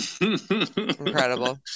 Incredible